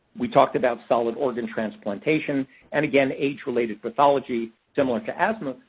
we talked about solid organ transplantation and, again, age-related pathology similar to